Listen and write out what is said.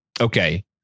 okay